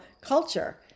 culture